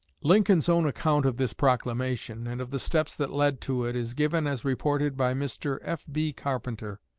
lincoln's own account of this proclamation, and of the steps that led to it, is given as reported by mr. f b. carpenter.